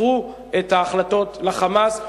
מסרו את ההחלטות ל"חמאס",